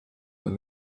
when